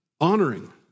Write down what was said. honoring